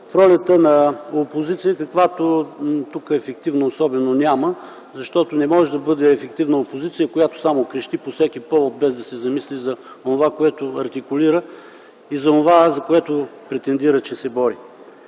в ролята на опозицията, каквато тук ефективна особено няма, защото не може да бъде ефективна опозицията, която само крещи – по всеки повод, без да се замисли за онова, което артикулира, и за онова, за което претендира че се бори.